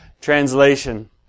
translation